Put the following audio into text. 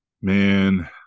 man